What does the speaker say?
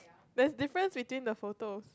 there's difference between the photos